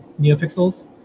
NeoPixels